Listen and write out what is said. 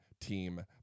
team